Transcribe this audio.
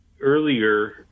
earlier